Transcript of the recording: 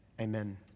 Amen